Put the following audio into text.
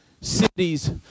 cities